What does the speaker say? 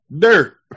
dirt